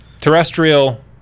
terrestrial